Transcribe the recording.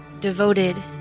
devoted